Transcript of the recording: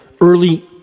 early